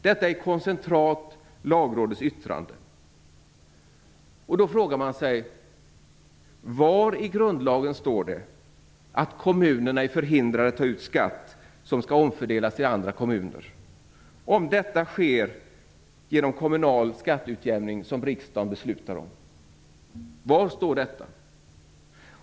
Detta är i koncentrat Lagrådets yttrande, och då frågar man sig: Var i grundlagen står det att kommunerna är förhindrade att ta ut skatt som skall omfördelas till andra kommuner, om detta sker genom kommunal skatteutjämning som riksdagen beslutar om?